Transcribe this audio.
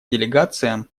делегациям